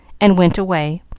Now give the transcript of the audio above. and went away,